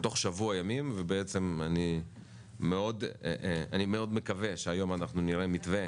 תוך שבוע ימים ואני מאוד מקווה שהיום אנחנו נראה מתווה